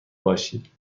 باشی